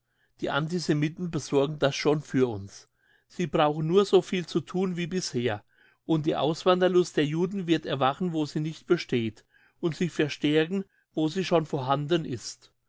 die antisemiten besorgen das schon für uns sie brauchen nur soviel zu thun wie bisher und die auswanderlust der juden wird erwachen wo sie nicht besteht und sich verstärken wo sie schon vorhanden ist